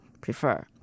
prefer